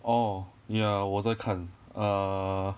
oh ya 我在看 err